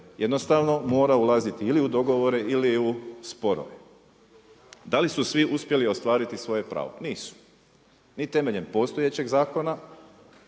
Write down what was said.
jer mora ulaziti ili dogovore ili u sporove. D li su svi uspjeli ostvariti svoje pravo? Nisu, ni temeljem postojećeg zakona,